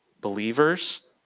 believers